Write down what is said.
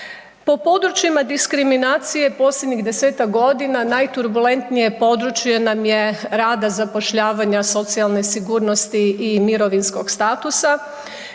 Po područjima diskriminacije posljednjih 10-tak godina najturbulentnije područje nam je rada, zapošljavanja, socijalne sigurnosti i mirovinskog statusa